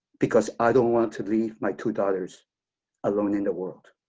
because i don't want to leave my two daughters alone in the world.